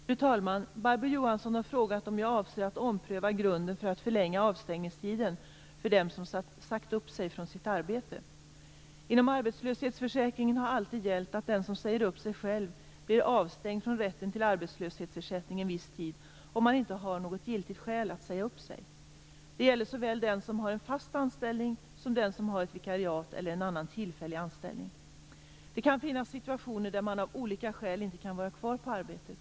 Fru talman! Barbro Johansson har frågat om jag avser att ompröva grunden för att förlänga avstängningstiden för dem som sagt upp sig från sitt arbete. Inom arbetslöshetsförsäkringen har alltid gällt att den som säger upp sig själv blir avstängd från rätten till arbetslöshetsersättning en viss tid om man inte har något giltigt skäl att säga upp sig. Det gäller såväl den som har en fast anställning som den som har ett vikariat eller en annan tillfällig anställning. Det kan finnas situationer där man av olika skäl inte kan vara kvar på arbetet.